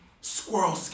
Squirrel